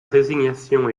résignation